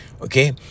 okay